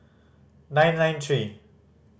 nine nine three